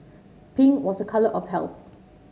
pink was a colour of health